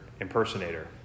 impersonator